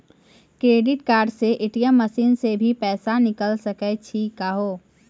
Credit card से ATM machine से भी पैसा निकल सकै छि का हो?